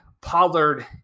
Pollard